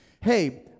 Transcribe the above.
hey